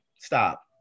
stop